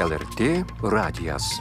el er tė radijas